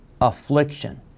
affliction